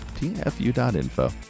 tfu.info